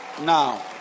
Now